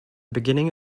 beginning